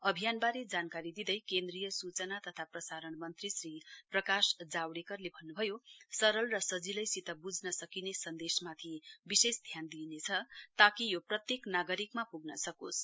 अभियानबारे जानकारी दिँदै केन्द्रीय सूचना तथा प्रसारण मन्त्री श्री प्रकाश जाव डेकरले भन्नुभयो सरल र सजिलैसित बुझ्न सकिने सन्देशमाथि विशेष ध्यान दिइनेछ ताकि यो प्रत्येक नागरिकमा पूग्न सकोस्